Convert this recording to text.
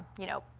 you know,